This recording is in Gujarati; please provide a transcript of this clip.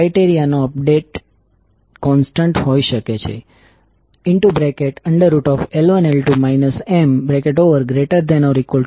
હવે આ મ્યુચ્યુઅલ ઇન્ડક્ટન્સ એ બાજુના ઇન્ડક્ટરમાં વોલ્ટેજ ઉત્પન્ન કરવા માટે એક ઇન્ડક્ટરની ક્ષમતા ધરાવે છે